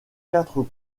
quatre